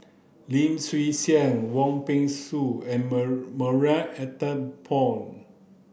Lim Chwee Chian Wong Peng Soon and Marie Ethel Bong